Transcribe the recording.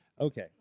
okay